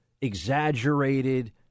exaggerated